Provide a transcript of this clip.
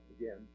again